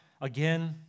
again